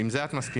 עם זה את המסכימה?